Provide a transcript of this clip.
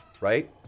right